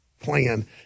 plan